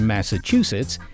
Massachusetts